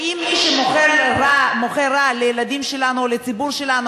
האם מי שמוכר רעל לילדים שלנו או לציבור שלנו,